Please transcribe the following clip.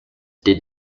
did